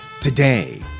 Today